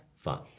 fun